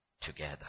together